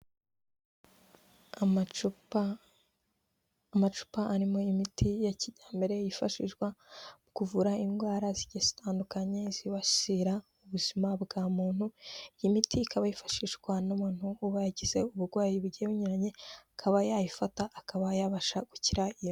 Amacupa arimo imiti ya kijyambere yifashishwa mu kuvura indwara zigiye zitandukanyekanya zibasira ubuzima bwa muntu, iyi miti ikaba yifashishwa n'umuntu uba yagize uburwayi bugiye bunyuranye, akaba yayifata akaba yabasha gukira iyo